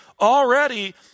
already